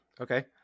Okay